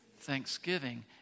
thanksgiving